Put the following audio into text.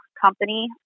company